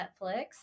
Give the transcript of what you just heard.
Netflix